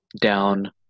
down –